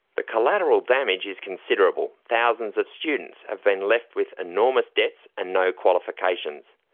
the collateral damage is considerable. thousands of students have been left with enormous debts and no qualifications.